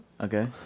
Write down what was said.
Okay